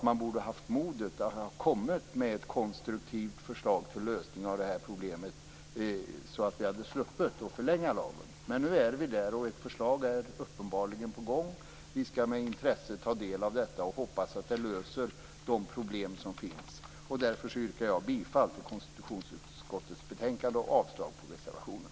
Man borde ha haft modet att komma med ett konstruktivt förslag till lösning av problemet, så att vi hade sluppit att förlänga lagen. Men nu är vi där, och ett förslag är uppenbarligen på gång. Vi skall med intresse ta del av detta och hoppas att det löser de problem som finns. Jag yrkar bifall till konstitutionsutskottets hemställan och avslag på reservationerna.